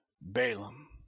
Balaam